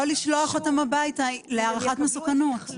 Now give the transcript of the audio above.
לא לשלוח אותם הביתה להערכת מסוכנות.